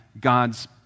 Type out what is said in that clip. God's